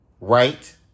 Right